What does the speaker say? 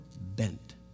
bent